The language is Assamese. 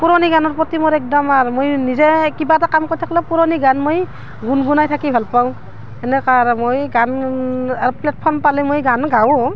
পুৰণি গানৰ প্ৰতি মোৰ একদম আৰু মই নিজে কিবা এটা কাম কৰি থাকিলেও পুৰণি গান মই গুণগুণাই থাকি ভাল পাওঁ এনেকুৱা আৰু মই গান আৰু প্লেটফ'ৰ্ম পালে মই গানো গাওঁ